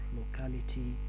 locality